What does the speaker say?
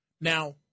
Now